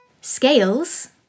scales